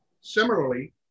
Similarly